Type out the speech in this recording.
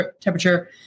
temperature